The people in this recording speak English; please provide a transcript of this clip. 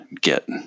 get